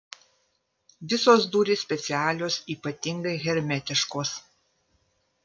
visos durys specialios ypatingai hermetiškos